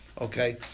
Okay